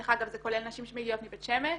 דרך אגב, זה כולל נשים שמגיעות מבית שמש,